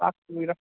ꯂꯥꯛꯇꯣꯏꯔꯥ